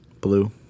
Blue